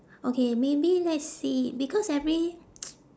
okay maybe let's see because every